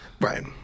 Right